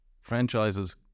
franchises